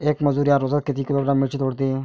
येक मजूर या रोजात किती किलोग्रॅम मिरची तोडते?